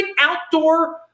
outdoor